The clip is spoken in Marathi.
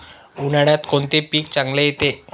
उन्हाळ्यात कोणते पीक चांगले येते?